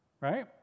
right